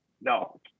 no